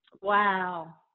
Wow